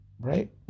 Right